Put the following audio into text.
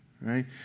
Right